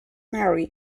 mary